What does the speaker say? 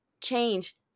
change